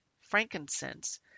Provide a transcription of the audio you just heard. frankincense